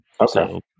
Okay